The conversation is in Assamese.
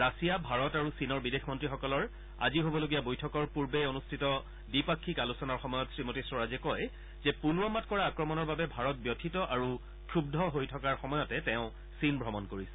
ৰাছিয়া ভাৰত আৰু চীনৰ বিদেশ মন্ত্ৰীসকলৰ আজি হবলগীয়া বৈঠকৰ পূৰ্বে অনুষ্ঠিত দ্বিপাক্ষিক আলোচনাৰ সময়ত শ্ৰীমতী স্বৰাজে কয় যে পুলৱামাত কৰা আক্ৰমণৰ বাবে ভাৰত ব্যথিত আৰু ক্ষুৰূ হৈ থকাৰ সময়তে তেওঁ চীন ভ্ৰমন কৰিছে